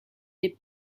des